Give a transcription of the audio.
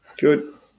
Good